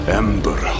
ember